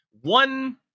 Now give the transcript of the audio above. one